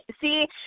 See